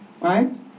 Right